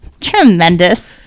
Tremendous